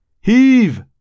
Heave